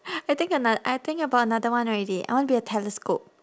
I think ano~ I think about another one already I wanna be a telescope